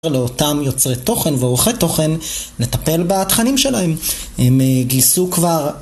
...לאותם יוצרי תוכן ועורכי תוכן לטפל בתכנים שלהם, הם גייסו כבר